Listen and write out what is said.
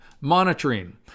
Monitoring